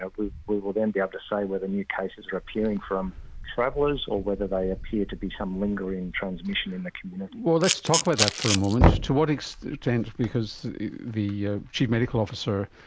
ah we we will then be able um to say whether new cases are appearing from travellers or whether they appear to be some lingering transmission in the community. well, let's talk about that for a moment. to what extent, because the ah chief medical officer,